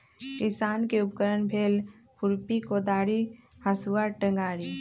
किसान के उपकरण भेल खुरपि कोदारी हसुआ टेंग़ारि